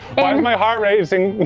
and my heart racing?